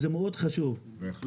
היא חשובה מאוד.